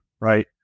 right